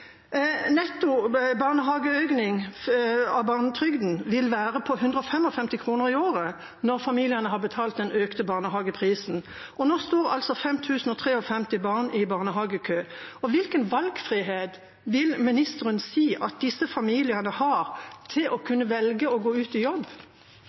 Netto økning av barnetrygden vil være på 155 kr i året når familiene har betalt den økte barnehageprisen. Og nå står altså 5 053 barn i barnehagekø. Hvilken valgfrihet vil ministeren si at disse familiene har til å